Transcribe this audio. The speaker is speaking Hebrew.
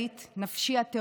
אני אחות לגלית, נפשי התאומה,